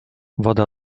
woda